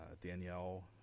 danielle